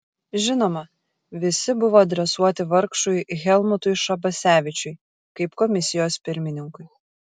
žinoma visi buvo adresuoti vargšui helmutui šabasevičiui kaip komisijos pirmininkui